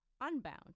unbound